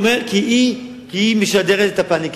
והיא בוכה והוא בוכה, כי היא משדרת את הפניקה.